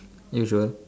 usual